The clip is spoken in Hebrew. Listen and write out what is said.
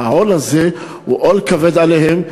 והעול הזה הוא עול כבד עליהם.